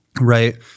right